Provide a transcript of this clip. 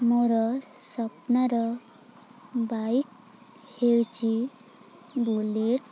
ମୋର ସ୍ୱପ୍ନର ବାଇକ୍ ହେଉଚି ବୁଲେଟ୍